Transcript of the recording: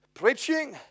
Preaching